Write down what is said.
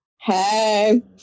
Hey